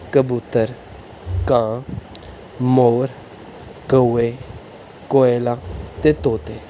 ਕਬੂਤਰ ਕਾਂ ਮੋਰ ਕਊਏ ਕੋਇਲਾਂ ਅਤੇ ਤੋਤੇ